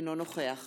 אינו נוכח